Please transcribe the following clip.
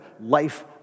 life